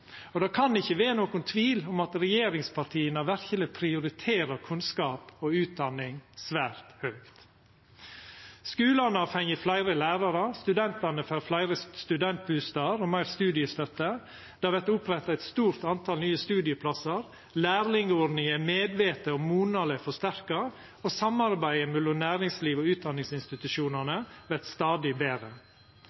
Og det kan ikkje vera nokon tvil om at regjeringspartia verkeleg prioriterer kunnskap og utdanning svært høgt. Skulane har fått fleire lærarar, studentane får fleire studentbustader og meir studiestøtte, det vert oppretta mange nye studieplassar, lærlingordninga er medvete og monaleg forsterka, og samarbeidet mellom næringslivet og utdanningsinstitusjonane